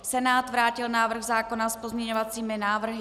Senát vrátil návrh zákona s pozměňovací návrhy.